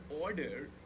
order